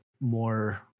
more